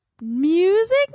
music